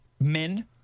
men